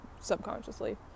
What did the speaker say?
Subconsciously